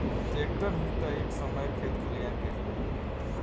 tractor ही ता ए समय खेत खलियान के जान ह